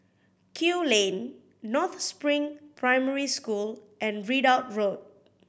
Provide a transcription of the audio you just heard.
Kew Lane North Spring Primary School and Ridout Road